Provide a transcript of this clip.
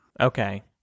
okay